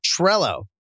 Trello